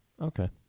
Okay